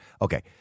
Okay